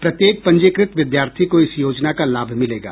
प्रत्येक पंजीकृत विद्यार्थी को इस योजना का लाभ मिलेगा